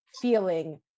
feeling